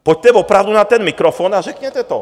Pojďte opravdu na ten mikrofon a řekněte to.